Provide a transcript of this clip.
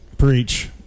preach